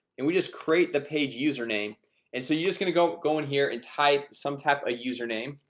and we just create the page username and so you're just gonna go go in here and type some type a username.